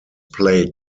played